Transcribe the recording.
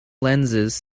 lenses